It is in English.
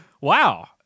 Wow